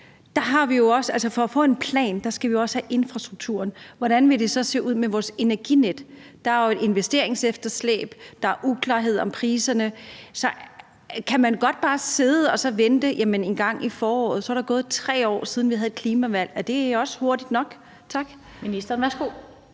for at få en plan, have infrastrukturen, og hvordan vil det så se ud med vores energinet? Der er et investeringsefterslæb, og der er uklarhed om priserne, så kan man godt bare sidde og vente? Engang i foråret er der gået 3 år, siden vi havde et klimavalg. Er det hurtigt nok? Tak.